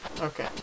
Okay